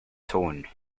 tone